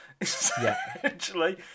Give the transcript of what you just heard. essentially